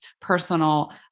personal